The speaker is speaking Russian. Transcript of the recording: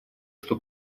что